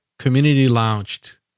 community-launched